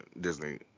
Disney